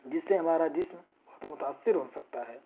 جس سے ہمارا جسم بہت متاثر ہو سکتا ہے